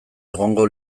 egongo